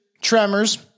tremors